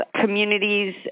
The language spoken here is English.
communities